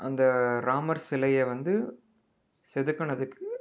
அந்த ராமர் சிலையை வந்து செதுக்குனதுக்கு